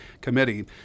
Committee